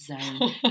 zone